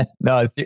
No